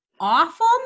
awful